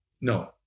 No